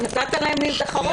אבל נתת להן אפשרות להתחרות,